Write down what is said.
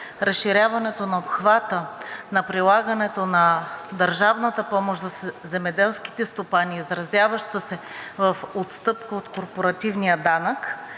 разширяването на обхвата на прилагането на държавната помощ за земеделските стопани, изразяваща се в отстъпка от корпоративния данък,